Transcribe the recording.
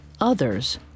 others